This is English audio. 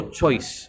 choice